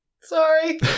Sorry